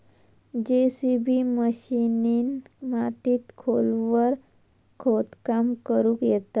JCB मशिनीन मातीत खोलवर खोदकाम करुक येता